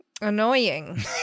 annoying